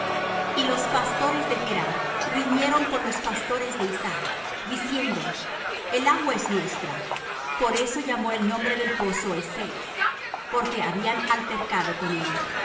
y los pastores de gerar riñeron con los pastores de isaac diciendo el agua es nuestra por eso llamó el nombre del pozo esek porque habían altercado con él